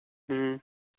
ꯎꯝ